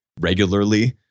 regularly